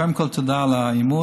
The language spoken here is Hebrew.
קודם כול, תודה על האמון.